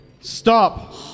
Stop